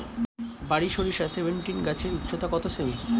বারি সরিষা সেভেনটিন গাছের উচ্চতা কত সেমি?